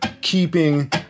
keeping